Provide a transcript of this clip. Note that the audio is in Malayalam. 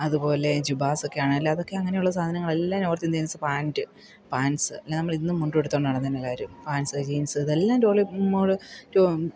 അതുപോലെ ജുബാസ്സൊക്കെ ആണെങ്കിലും അതൊക്കെ അങ്ങനെയുള്ള സാധനങ്ങളെല്ലാം നോർത്ത് ഇന്ത്യൻസ് പാൻ്റ് പാൻസ് അല്ലെങ്കിൽ നമ്മൾ ഇന്നും മുണ്ടുടുത്തുകൊണ്ട് നടന്നേനെ എല്ലാവരും പാൻസ് ജീൻസ് ഇതെല്ലാം